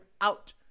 out